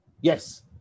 Yes